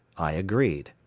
i agreed.